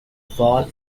fall